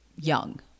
young